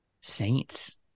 Saints